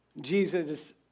Jesus